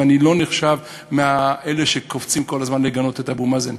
ואני לא נחשב מאלה שקופצים כל הזמן לגנות את אבו מאזן.